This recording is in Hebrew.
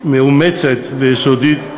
המאומצת והיסודית,